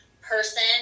person